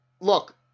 look